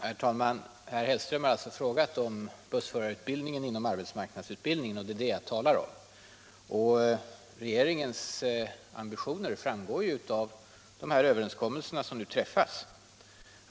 Herr talman! Herr Hellström har alltså ställt en fråga om bussförarutbildningen inom arbetsmarknadsutbildningen, och det är det som jag nu talar om. Regeringens ambitioner framgår av de överenskommelser 133 som nu träffats.